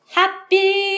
happy